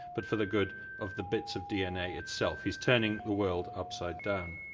but for the good of the bits of dna itself? he's turning the world upside down.